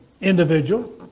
individual